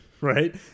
right